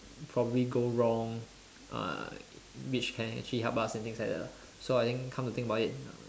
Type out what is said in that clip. probably go wrong uh which can actually help us in things like that lah so I think come to think about it